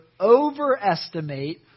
overestimate